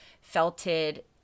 felted